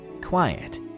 quiet